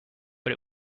but